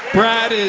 brad.